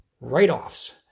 write-offs